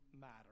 matter